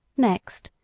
next,